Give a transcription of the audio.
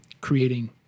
creating